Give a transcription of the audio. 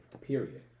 Period